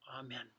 Amen